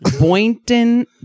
Boynton